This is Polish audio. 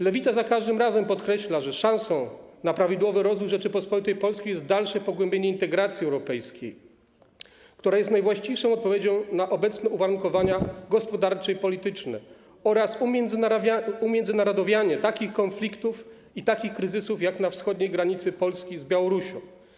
Lewica za każdym razem podkreśla, że szansą na prawidłowy rozwój Rzeczypospolitej Polskiej jest dalsze pogłębienie integracji europejskiej, która jest najwłaściwszą odpowiedzią na obecne uwarunkowania gospodarcze i polityczne, oraz umiędzynarodowianie takich konfliktów i kryzysów jak na wschodniej granicy Polski z Białorusią.